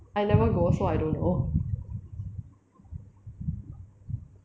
I never go so I don't know